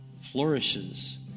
flourishes